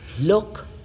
look